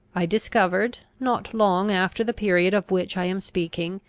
i discovered, not long after the period of which i am speaking,